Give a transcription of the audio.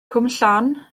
cwmllan